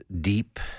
deep